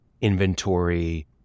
inventory